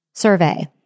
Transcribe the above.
survey